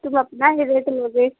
तुम अपना ही रेट लोगे